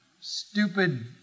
stupid